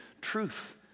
truth